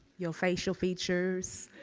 your facial features,